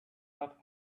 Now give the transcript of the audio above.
not